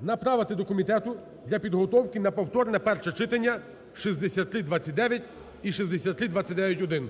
Направити до комітету для підготовки на повторне перше читання 6329 і 6329-1.